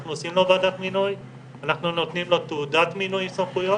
אנחנו עושים לו ועדת מינוי אנחנו נותנים לו תעודת מינוי סמכויות